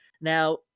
Now